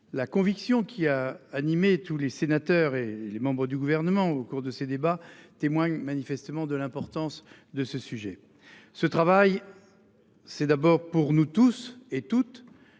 La conviction qu'il a animé tous les sénateurs et les membres du gouvernement au cours de ces débats témoigne manifestement de l'importance de ce sujet. Ce travail. C'est d'abord pour nous tous et toutes.